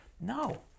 no